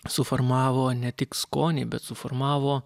suformavo ne tik skonį bet suformavo